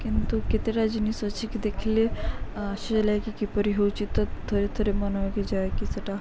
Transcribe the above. କିନ୍ତୁ କେତେଟା ଜିନିଷ ଅଛି କି ଦେଖିଲେ ସିଲେଇକି କିପରି ହେଉଛି ତ ଥରେ ଥରେ ମନବାକି ଯାଏକି ସେଇଟା